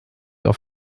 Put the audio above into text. auf